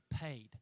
paid